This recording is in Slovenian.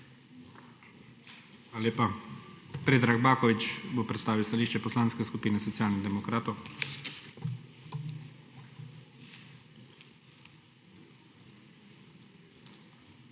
Hvala lepa. Predrag Baković bo predstavil stališče Poslanske skupine Socialnih demokratov. PREDRAG